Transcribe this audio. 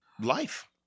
life